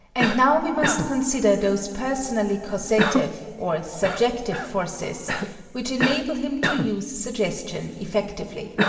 and now we must consider those personally causative, or subjective, forces which enable him to use suggestion effectively.